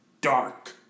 dark